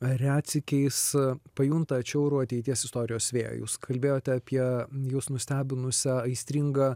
retsykiais pajunta atšiaurų ateities istorijos vėją jūs kalbėjote apie jus nustebinusią aistringą